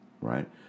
right